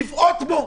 לבעוט בו?